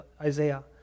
Isaiah